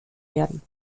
werden